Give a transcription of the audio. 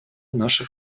наших